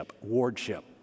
wardship